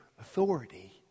authority